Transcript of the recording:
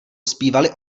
zpívali